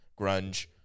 grunge